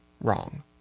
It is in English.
wrong